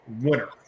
winner